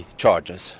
charges